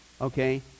okay